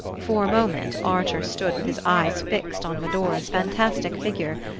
for a moment archer stood with his eyes fixed on medora's fantastic figure,